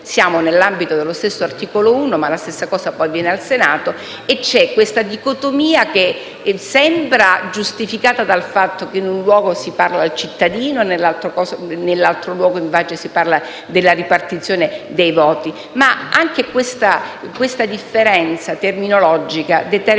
Siamo nell'ambito dello stesso articolo 1, ma la medesima circostanza si verifica poi al Senato. Questa dicotomia sembra giustificata dal fatto che in un luogo si parla al cittadino e nell'altro luogo, invece, si parla della ripartizione dei voti. E anche questa differenza terminologica determina